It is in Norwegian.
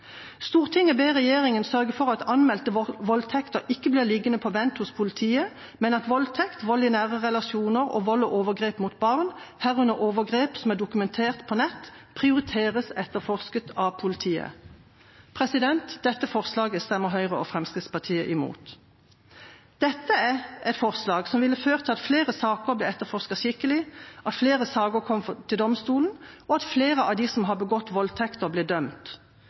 Stortinget i morgen. Høyre og Fremskrittspartiet kommer til å stemme imot. La meg nevne et av forslagene: «Stortinget ber regjeringen sørge for at anmeldte voldtekter ikke blir liggende på vent hos politiet, men at voldtekt, vold i nære relasjoner og vold og overgrep mot barn, herunder overgrep som er dokumentert på nett, prioriteres etterforsket av politiet.» Dette forslaget stemmer Høyre og Fremskrittspartiet imot. Dette er et forslag som ville ført til at flere saker ble etterforsket skikkelig, at flere saker kom til domstolen, og at flere av dem som har